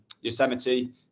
Yosemite